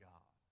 God